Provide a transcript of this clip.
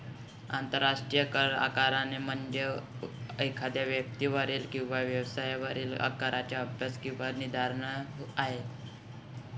आंतरराष्ट्रीय करआकारणी म्हणजे एखाद्या व्यक्तीवरील किंवा व्यवसायावरील कराचा अभ्यास किंवा निर्धारण आहे